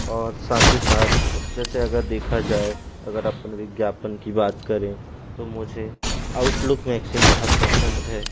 और साथ ही साथ जैसे अगर देखा जाए अगर अपन विज्ञापन की बात करें तो मुझे आउटलुक मैक्सीन बहुत पसंद है